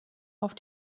auf